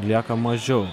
lieka mažiau